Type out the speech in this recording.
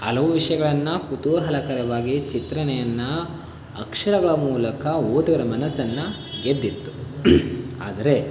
ಹಲವು ವಿಷಯಗಳನ್ನು ಕುತೂಹಲಕರವಾಗಿ ಚಿತ್ರಣೆಯನ್ನು ಅಕ್ಷರಗಳ ಮೂಲಕ ಓದುಗರ ಮನಸ್ಸನ್ನು ಗೆದ್ದಿತ್ತು ಆದರೆ